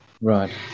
Right